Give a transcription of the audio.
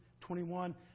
twenty-one